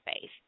faith